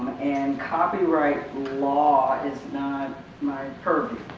and copyright law is not my purview.